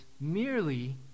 merely